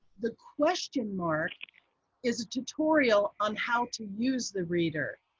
the question mark is a tutorial on how to use the reader.